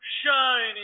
shiny